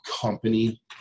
Company